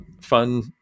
fun